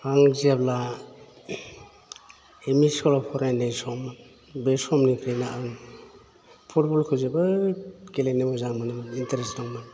आं जेब्ला एमइ स्कुलाव फरायनाय सम बे समनिफ्रायनो आं फुटबलखौ जोबोद गेलेनो मोजां मोनोमोन इन्टारेस्थ दंमोन